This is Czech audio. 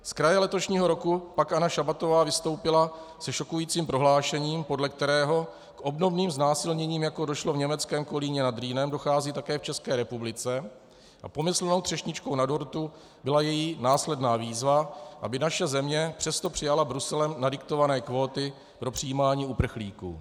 Zkraje letošního roku pak Anna Šabatová vystoupila se šokujícím prohlášením, podle kterého k obdobným znásilněním, jako došlo v německém Kolíně nad Rýnem, dochází také v České republice, a pomyslnou třešničkou na dortu byla její následná výzva, aby naše země přesto přijala Bruselem nadiktované kvóty pro přijímání uprchlíků.